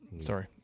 Sorry